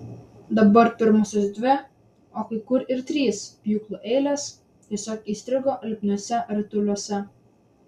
dabar pirmosios dvi o kai kur ir trys pjūklų eilės tiesiog įstrigo lipniuose rituliuose